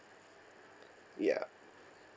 ya